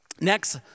Next